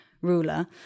ruler